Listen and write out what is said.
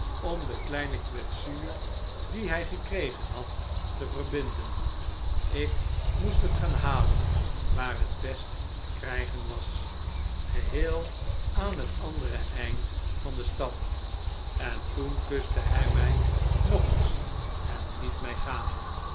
om de kleine kwetsuur die hij gekregen had te verbinden ik moest het gaan halen waar het best te krijgen was geheel aan het andere eind van de stad en toen kuste hij mij nog eens en liet mij gaan